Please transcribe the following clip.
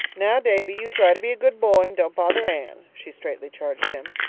now, davy, you try to be a good boy and don't bother anne, she straitly charged him.